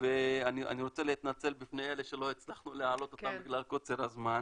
ואני רוצה להתנצל בפני אלה שלא הצלחנו להעלות אותם בגלל קוצר הזמן.